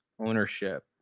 ownership